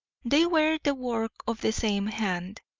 they were the work of the same hand,